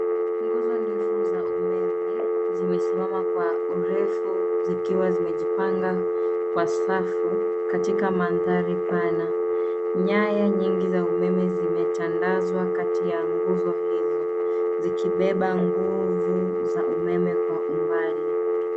Nguzo ndefu za umeme zimesimama kwa urefu zikiwa zimejipanga kwa safu katika mandhari pana. Nyaya nyingi za umeme zimetandazwa kati ya nguzo hizo zikibeba nguvu za umeme kwa umbali.